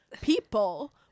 people